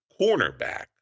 cornerback